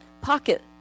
pocket